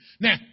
Now